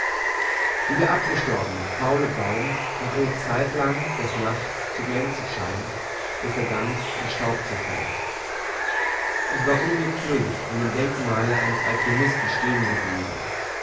wie der abgestorbene faulende baum noch eine zeitlang des nachts zu glänzen scheint bis er ganz in staub zerfällt ich war unwillkührlich an dem denkmale eines alchymisten stehen geblieben